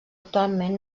actualment